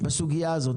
בסוגיה הזאת.